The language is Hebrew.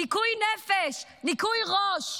ניקוי נפש, ניקוי ראש.